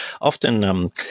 Often